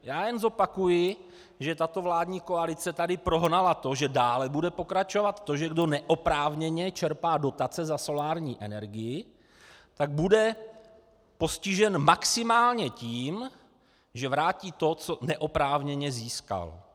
Já jen zopakuji, že tato vládní koalice tady prohnala to, že dále bude pokračovat to, že kdo neoprávněně čerpá dotace za solární energii, tak bude postižen maximálně tím, že vrátí to, co neoprávněně získal.